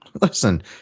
listen